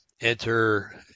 Enter